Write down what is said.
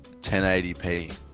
1080p